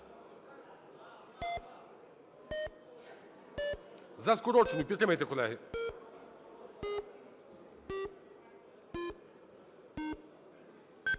За скорочену. Підтримайте, колеги.